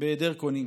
בהיעדר קונים.